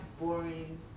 boring